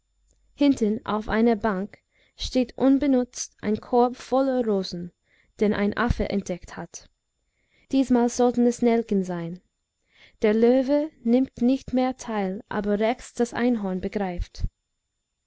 hinten auf einer bank steht unbenutzt ein korb voller rosen den ein affe entdeckt hat diesmal sollten es nelken sein der löwe nimmt nicht mehr teil aber rechts das einhorn begreift